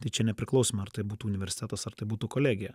tai čia nepriklausoma ar tai būtų universitetas ar tai būtų kolegija